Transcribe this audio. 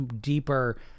deeper